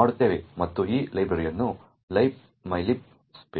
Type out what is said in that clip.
ಮಾಡುತ್ತೇವೆ ಮತ್ತು ಈ ಲೈಬ್ರರಿಯನ್ನು libmylib pic